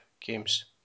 games